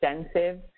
extensive